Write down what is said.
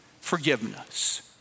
forgiveness